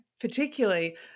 particularly